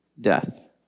death